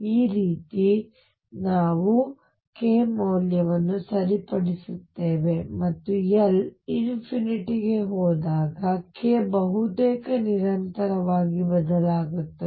ಈ ರೀತಿ ನಾವು k ಮೌಲ್ಯವನ್ನು ಸರಿಪಡಿಸುತ್ತೇವೆ ಮತ್ತು L ಗೆ ಹೋದಾಗ k ಬಹುತೇಕ ನಿರಂತರವಾಗಿ ಬದಲಾಗುತ್ತದೆ